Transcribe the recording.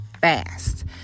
fast